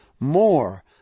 more